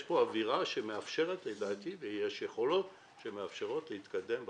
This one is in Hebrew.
יש פה אווירה שמאפשרת לדעתי להתקדם בתקנות.